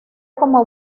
como